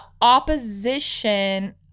opposition